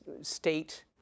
state